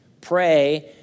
pray